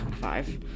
Five